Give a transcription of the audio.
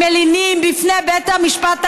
הם מלינים בפני בית המשפט העליון,